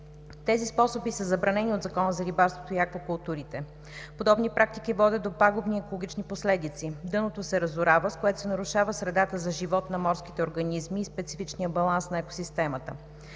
Тези способи са забранени от Закона за рибарството и аквакултурите. Подобни практики водят до пагубни екологични последици – дъното се разорава, с което се нарушава средата за живот на морските организми и специфичния баланс на екосистемата.